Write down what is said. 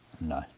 No